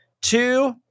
two